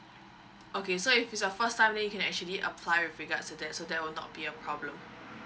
okay so if it's a first time then you can actually apply with regards to that so that will not be a problem